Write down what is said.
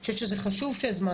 אני חושבת שזה חשוב שהזמנת.